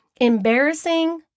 embarrassing